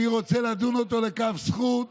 אני רוצה לדון אותו לכף זכות,